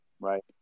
Right